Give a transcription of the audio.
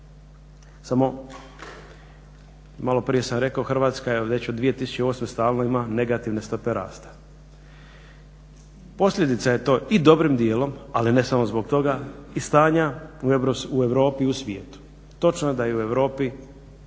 Samo malo prije sam rekao Hrvatska je već od 2008.stalno ima negativne stope rasta. Posljedica je to i dobrim dijelom, ali ne samo zbog toga i stanja u Europi i u svijetu. Točno je da u Europi